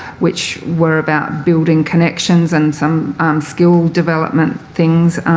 which were about building connections and some skill development things,